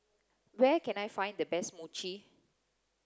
where can I find the best Mochi